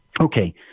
Okay